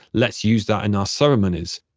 let's use that in our ceremonies.